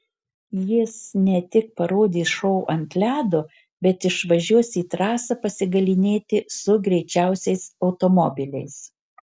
jis ne tik parodys šou ant ledo bet išvažiuos į trasą pasigalynėti su greičiausiais automobiliais